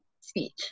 speech